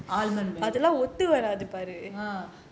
almond milk uh